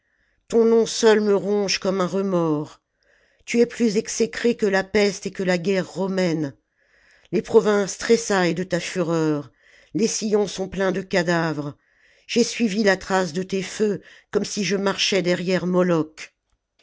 ton nom seul me ronge comme un remords tu es plus exécré que la peste et que la guerre romaine les provinces tressaillent de ta fureur les sillons sont pleins de cadavres j'ai suivi la trace de tes feux comme si je marchais derrière moloch